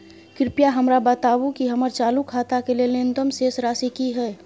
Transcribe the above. कृपया हमरा बताबू कि हमर चालू खाता के लेल न्यूनतम शेष राशि की हय